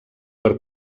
per